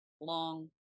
long